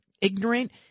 ignorant